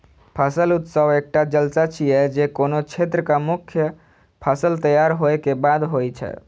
फसल उत्सव एकटा जलसा छियै, जे कोनो क्षेत्रक मुख्य फसल तैयार होय के बाद होइ छै